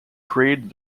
created